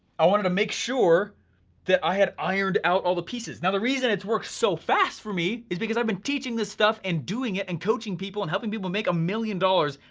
i wanted to make sure that i had ironed out all the pieces. now the reason it's worked so fast for me, is because i've been teaching this stuff and doing it and coaching people and helping people make a million dollars,